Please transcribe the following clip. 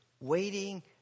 waiting